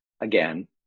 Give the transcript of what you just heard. again